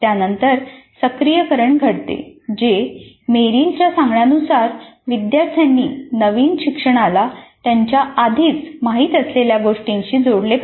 त्यानंतर सक्रिय करण घडते जे मेरीलच्या सांगण्यानुसार 'विद्यार्थ्यांनी नवीन शिक्षणाला त्यांच्या आधीच माहित असलेल्या गोष्टींशी जोडले पाहिजे